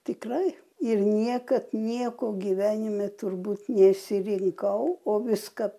tikrai ir niekad nieko gyvenime turbūt nesirinkau o viską